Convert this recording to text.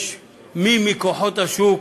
יש מי מכוחות השוק